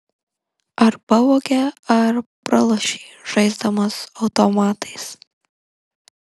ar pavogė ar pralošei žaisdamas automatais